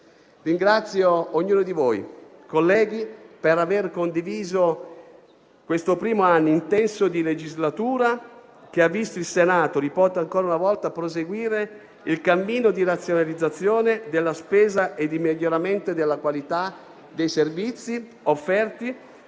Ringrazio ognuno di voi colleghi per aver condiviso questo primo anno intenso di legislatura che ha visto il Senato - lo ripeto ancora una volta - proseguire il cammino di razionalizzazione della spesa e di miglioramento della qualità dei servizi offerti,